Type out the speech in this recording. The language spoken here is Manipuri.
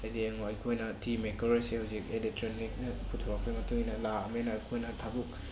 ꯍꯥꯏꯗꯤ ꯌꯦꯡꯉꯣ ꯑꯩꯈꯣꯏꯅ ꯇꯤ ꯃꯦꯛꯀꯔ ꯑꯁꯦ ꯍꯧꯖꯤꯛ ꯑꯦꯂꯦꯛꯇ꯭ꯔꯣꯅꯤꯛꯅ ꯄꯨꯊꯣꯔꯛꯄꯩ ꯃꯇꯨꯡ ꯏꯟꯅ ꯂꯥꯛꯑꯃꯤꯅ ꯑꯩꯈꯣꯏꯅ ꯊꯕꯛ